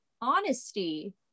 honesty